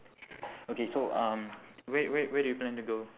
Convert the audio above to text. okay so um where where where do you plan to go